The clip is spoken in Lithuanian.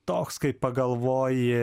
toks kai pagalvoji